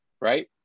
right